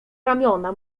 ramiona